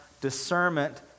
discernment